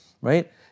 right